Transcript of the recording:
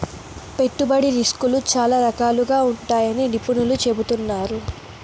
పెట్టుబడి రిస్కులు చాలా రకాలుగా ఉంటాయని నిపుణులు చెబుతున్నారు